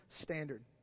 standard